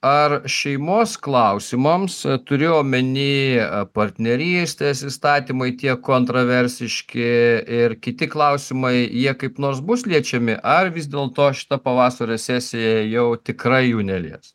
ar šeimos klausimams turiu omeny partnerystės įstatymai tie kontroversiški ir kiti klausimai jie kaip nors bus liečiami ar vis dėlto šita pavasario sesija jau tikrai jų nelies